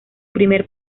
primer